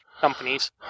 companies